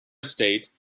estate